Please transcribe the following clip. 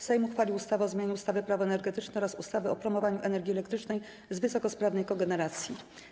Sejm uchwalił ustawę o zmianie ustawy - Prawo energetyczne oraz ustawy o promowaniu energii elektrycznej z wysokosprawnej kogeneracji.